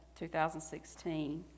2016